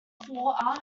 forearm